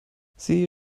sie